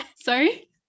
sorry